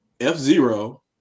F-Zero